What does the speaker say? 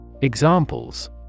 Examples